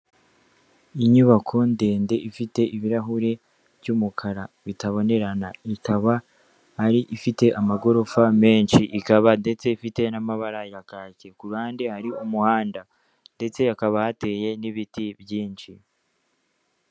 Inyubako ndende ifite ibirahure by'umukara bitabonerana, ikaba ifite amagorofa menshi, ikaba ndetse ifite n'amabara ya kake, ku ruhande hari umuhanda ndetse hakaba hateye n'ibiti byinshi.